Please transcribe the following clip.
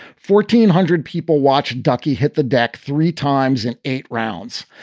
fourteen hundred people watched ducky hit the deck three times in eight rounds.